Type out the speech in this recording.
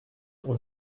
pour